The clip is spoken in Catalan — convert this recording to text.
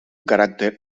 caràcter